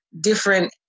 different